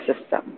system